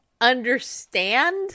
understand